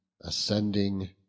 ascending